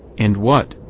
and what,